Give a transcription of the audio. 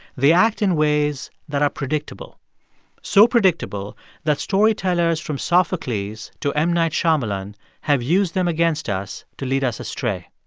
they act in ways that are predictable so predictable that storytellers from sophocles to m. night shyamalan have used them against us to lead us astray